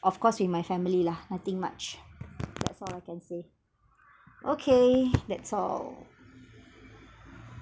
of course with my family lah nothing much that's all I can say okay that's all